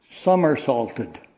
Somersaulted